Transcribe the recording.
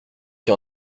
qui